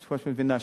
את מבינה,